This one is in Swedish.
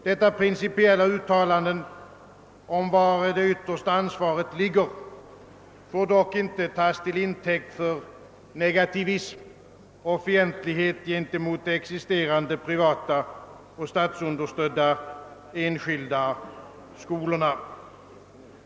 Detta principiella uttalande om var det yttersta ansvaret ligger får dock inte tas till intäkt för negativism och fientlighet gentemot de existerande privata och statsunderstödda enskilda skolorna.